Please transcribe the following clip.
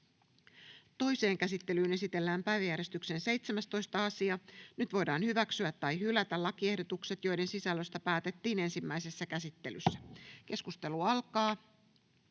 Toiseen käsittelyyn esitellään päiväjärjestyksen 10. asia. Nyt voidaan hyväksyä tai hylätä lakiehdotus, jonka sisällöstä päätettiin ensimmäisessä käsittelyssä. — Keskustelua.